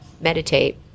meditate